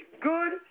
good